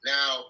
Now